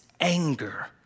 anger